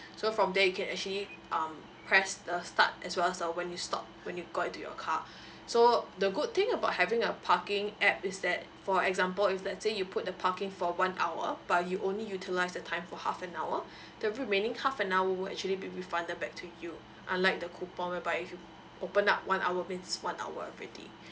so from there you can actually um press the start as was as uh when you stop when you got into your car so the good thing about having a parking app is that for example if let's say you put the parking for one hour but you only utilize the time for half an hour the remaining half an hour would actually be refunded back to you unlike the coupon whereby if you open up one hour means one hour already